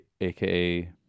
aka